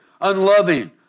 unloving